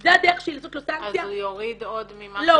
זה הדרך שלי לעשות לו סנקציה -- אז הוא יוריד עוד ממה -- לא,